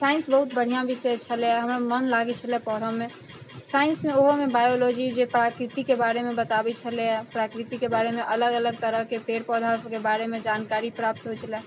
science बहुत बढ़िआँ विषय छलै हमरा मन लागै छलै पढ़ऽमे साइन्समे ओहोमे बायोलोजी जे प्राकृतिके बारेमे बताबै छलै प्राकृतिके बारेमे अलग अलग तरहके पेड़ पौधासबके बारेमे जानकारी प्राप्त होइ छलै